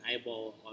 eyeball